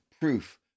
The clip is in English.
proof